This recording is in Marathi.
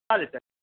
चालेल चालेल